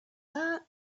that